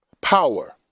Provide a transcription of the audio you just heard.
power